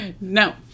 No